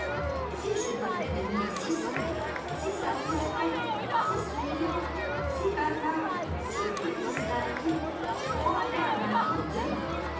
si je devais devenir si sotte si satisfaite si souriante si bavarde si peu distinguée je prendrais un mari demain